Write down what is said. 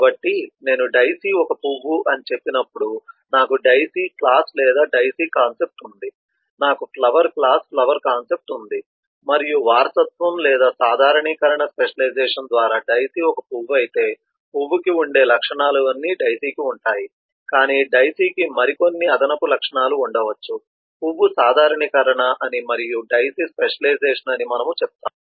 కాబట్టి నేను డైసీ ఒక పువ్వు అని చెప్పినప్పుడు నాకు డైసీ క్లాస్ లేదా డైసీ కాన్సెప్ట్ ఉంది నాకు ఫ్లవర్ క్లాస్ ఫ్లవర్ కాన్సెప్ట్ ఉంది మరియు వారసత్వం లేదా సాధారణీకరణ స్పెషలైజేషన్ ద్వారా డైసీ ఒక పువ్వు అయితే పువ్వుకి ఉండే లక్షణాలు అన్ని డైసీకి ఉంటాయి కానీ డైసీకి మరికొన్ని అదనపు లక్షణాలు ఉండవచ్చు పువ్వు సాధారణీకరణ అని మరియు డైసీ స్పెషలైజేషన్ అని మనము చెప్తాము